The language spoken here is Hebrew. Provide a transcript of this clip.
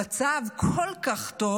המצב כל כך טוב,